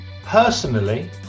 personally